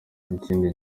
ikindi